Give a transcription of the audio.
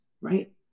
right